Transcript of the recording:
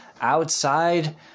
outside